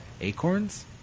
Acorns